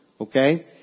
Okay